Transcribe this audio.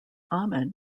commander